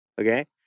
okay